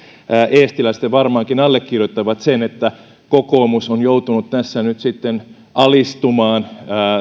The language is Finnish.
eestilä sitten varmaankin allekirjoittavat sen että kokoomus on joutunut nyt alistumaan